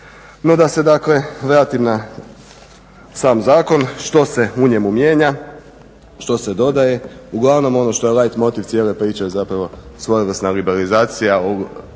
No da se dakle vratim na sam zakon što se u njemu mijenja, što se dodaje. Uglavnom ono što je leit motiv cijele priče je zapravo svojevrsna liberalizacija,